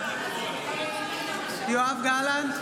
בעד יואב גלנט,